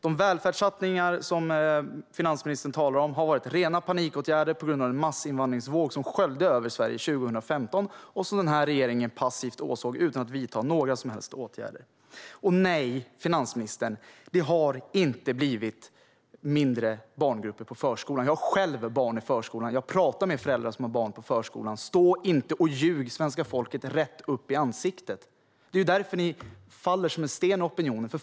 De välfärdssatsningar som finansministern talar om har varit rena panikåtgärder på grund av den massinvandringsvåg som sköljde över Sverige 2015 och som regeringen passivt åsåg utan att vidta några som helst åtgärder. Nej, finansministern, barngrupperna på förskolan har inte blivit mindre. Jag har själv barn i förskolan och jag pratar med föräldrar som har barn i förskolan. Stå inte och ljug svenska folket rätt upp i ansiktet! Det är därför ni faller som en sten i opinionen.